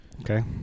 Okay